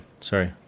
Sorry